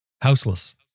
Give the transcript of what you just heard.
Houseless